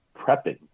prepping